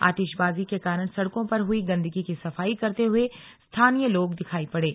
आतिशबाजी के कारण सड़कों पर हुई गंदगी की सफाई करते हुए स्थानीय लोग दिखाई पड़े